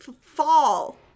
fall